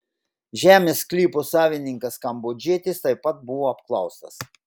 žemės sklypo savininkas kambodžietis taip pat buvo apklaustas